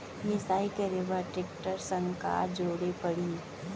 मिसाई करे बर टेकटर संग का जोड़े पड़ही?